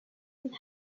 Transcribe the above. and